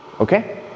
okay